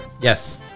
Yes